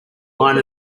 line